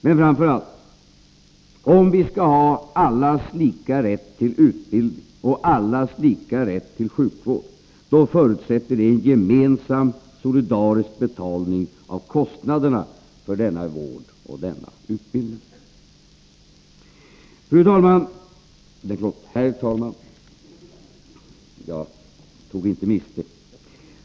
Men framför allt: Om vi skall ha allas lika rätt till utbildning och sjukvård förutsätter det en gemensam, solidarisk betalning av kostnaderna för denna vård och denna utbildning. Herr talman!